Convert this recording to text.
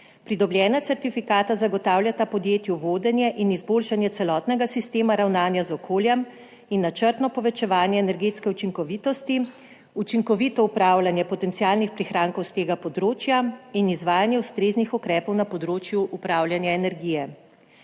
Pridobljena certifikata zagotavljata podjetju vodenje in izboljšanje celotnega sistema ravnanja z okoljem in načrtno povečevanje energetske učinkovitosti, učinkovito upravljanje potencialnih prihrankov s tega področja in izvajanje ustreznih ukrepov na področju upravljanja energije.